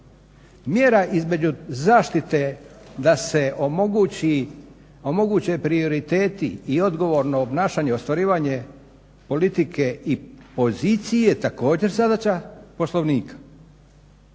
Mjera između zaštite, da se omogući, omoguće prioriteti i odgovorno obnašanje i ostvarivanje politike i pozicije, također zadaća Poslovnika.